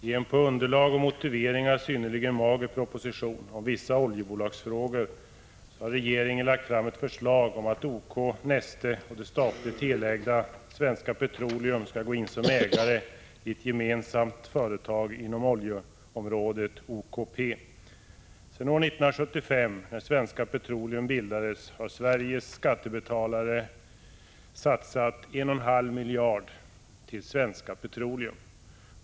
I en, på underlag och motiveringar synnerligen mager proposition om vissa oljebolagsfrågor har regeringen framlagt förslag att OK, Neste OY och det statliga, helägda Svenska Petroleum skall gå in som ägare i ett gemensamt företag, OKP, med verksamhet inom oljeområdet. Sedan år 1975, då Svenska Petroleum bildades, har Sveriges skattebetalare satsat en och en halv miljard i Svenska Petroleum.